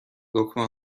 دکمه